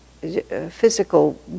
physical